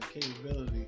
capability